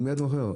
הוא מיד עובר,